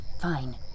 fine